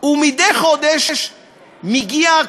ומדי חודש מגיע,